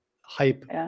hype